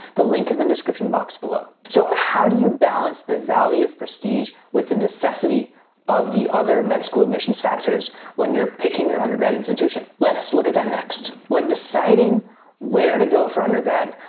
the link is in the description box below. so how do you balance the value of prestige with the necessity of the other med school admissions factors when you're picking your undergrad institution? let's look at that next. when deciding where to go for undergrad,